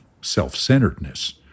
self-centeredness